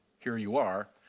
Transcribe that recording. here you are.